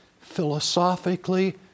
philosophically